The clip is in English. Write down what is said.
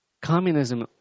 Communism